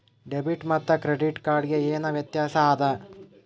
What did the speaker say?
Debit ಮತ್ತ credit card ಗೆ ಏನ ವ್ಯತ್ಯಾಸ ಆದ?